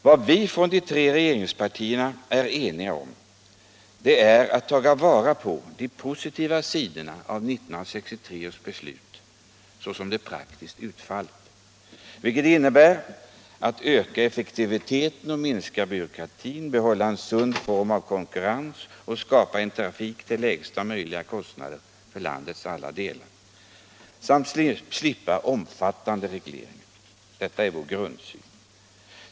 Vad vi från de tre regeringspartierna är eniga om är att ta vara på de positiva sidorna i 1963 års beslut så som detta praktiskt har utfallit. Det innebär att vi bör öka effektiviteten, minska byråkratin, behålla en sund form av konkurrens, skapa en trafik till lägsta möjliga kostnader för landets alla delar och slippa omfattande regleringar. Detta är vår grundsyn.